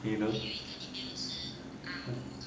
you know